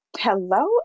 hello